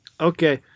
Okay